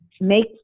make